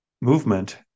movement